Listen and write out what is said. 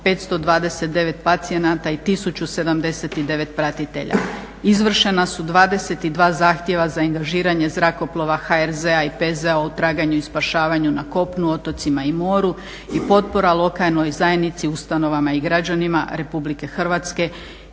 529 pacijenata i 1079 pratitelja. Izvršena su 22 zahtjeva za angažiranje zrakoplova HRZ-a i PZ-a u traganju i spašavanju na kopnu, otocima i moru. I potpora lokalnoj zajednici, ustanovama i građanima RH izvršena je